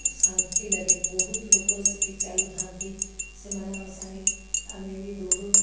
ଶାନ୍ତି ଲାଗେ ବହୁତ ଲୋକ ସେଠି ଚାଲୁଥାନ୍ତି ସେମାନଙ୍କ ସଙ୍ଗେ ଆମେ ବି ଦୌଡ଼ୁ